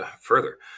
further